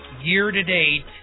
year-to-date